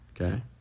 okay